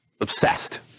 Obsessed